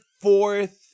fourth